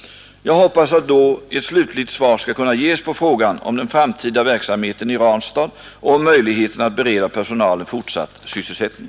Jag hoppas att då ett slutligt svar skall kunna ges på frågan om den framtida verksamheten i Ranstad och om möjligheterna att bereda personalen fortsatt sysselsättning.